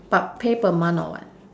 but pay per month or what